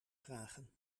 vragen